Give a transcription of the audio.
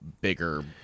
bigger